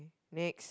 next